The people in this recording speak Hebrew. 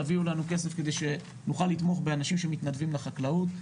תביאו לנו כסף כדי שנוכל לתמוך באנשים שמתנדבים לחקלאות.